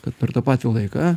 kad per tą patį laiką